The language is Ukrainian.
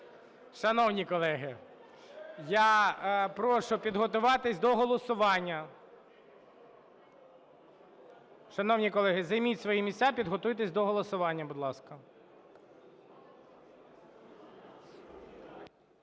Шановні колеги, я прошу підготуватися до голосування. Шановні колеги, займіть свої місця, підготуйтеся до голосування, будь ласка.